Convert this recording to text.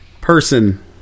person